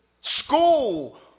School